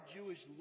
Jewish